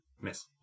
Miss